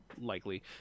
likely